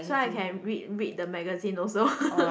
so I can read read the magazine also